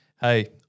hey